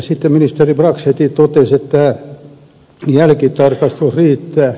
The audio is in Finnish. sitten ministeri brax heti totesi että jälkitarkastus riittää